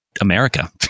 America